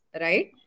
right